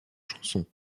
chansons